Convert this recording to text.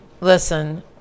Listen